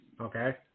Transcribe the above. Okay